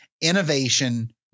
innovation